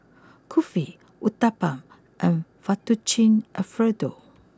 Kulfi Uthapam and Fettuccine Alfredo